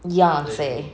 yonce